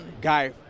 guy